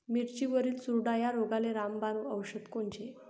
मिरचीवरील चुरडा या रोगाले रामबाण औषध कोनचे?